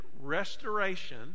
restoration